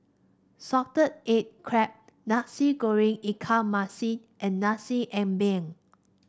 Salted Egg Crab Nasi Goreng Ikan Masin and Nasi Ambeng